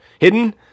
hidden